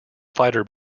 fighter